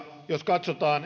jos katsotaan